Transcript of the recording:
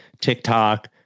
TikTok